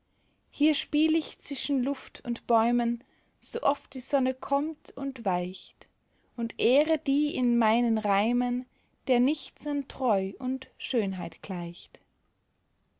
hier spiel ich zwischen luft und bäumen sooft die sonne kommt und weicht und ehre die in meinen reimen der nichts an treu und schönheit gleicht